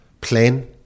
plan